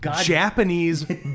Japanese